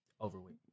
overweight